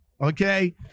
Okay